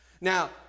Now